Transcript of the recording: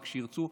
רק שירצו.